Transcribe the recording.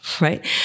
right